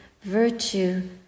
virtue